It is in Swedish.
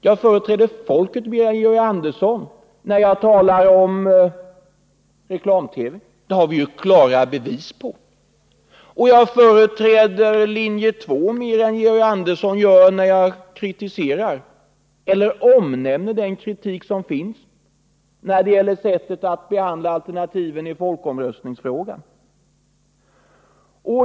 Jag företräder folket mer än Georg Andersson när jag talar om reklam-TV. Det har vi klara bevis på. Och jag företräder linje 2 mer än Georg Andersson gör när jag omnämner den kritik som finns när det gäller sättet att behandla alternativen i folkomröstningsfrågan.